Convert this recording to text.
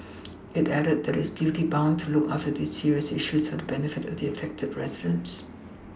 it added that it is duty bound to look after these serious issues for the benefit of the affected residents